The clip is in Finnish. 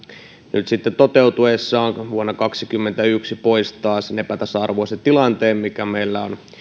nyt sitten toteutuessaan vuonna kaksikymmentäyksi poistaa sen epätasa arvoisen tilanteen mikä meillä on